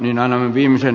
herra puhemies